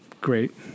great